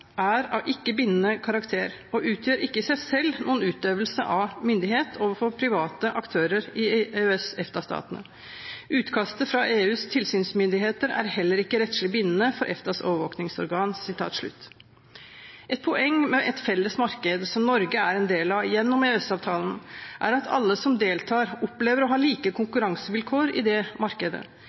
og utgjør ikke i seg selv noen utøvelse av myndighet overfor private aktører i EØS/EFTA-statene. Utkastet fra EUs tilsynsmyndigheter er heller ikke rettslig bindende for EFTAs overvåkningsorgan». Et poeng med et felles marked, som Norge er en del av gjennom EØS-avtalen, er at alle som deltar, opplever å ha like konkurransevilkår i det markedet.